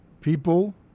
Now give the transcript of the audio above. people